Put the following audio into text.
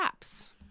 apps